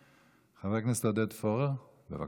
חבר הכנסת עודד פורר, בבקשה.